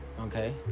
Okay